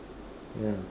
yeah